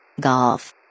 Golf